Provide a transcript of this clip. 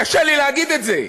קשה לי להגיד את זה,